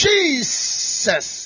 Jesus